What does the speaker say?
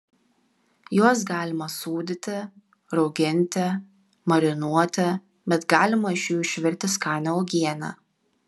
juos galima sūdyti rauginti marinuoti bet galima iš jų išvirti skanią uogienę